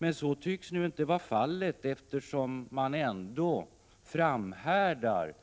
Men så tycks inte vara fallet, eftersom man ändå framhärdar